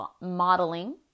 modeling